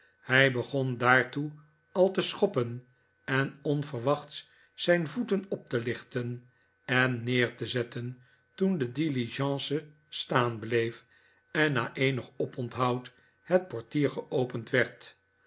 hij begon daartoe al te schoppen en onverwachts zijn voeten op te lichten en neer te zetten toen de diligence staan bleef en na eenig oponthoud het portier geopend werd